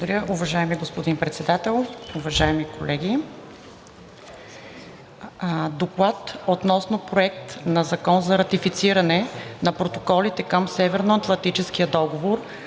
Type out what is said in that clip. Благодаря, уважаеми господин Председател. Уважаеми колеги! „ДОКЛАД относно Проект на Закон за ратифициране на протоколите към Северноатлантическия договор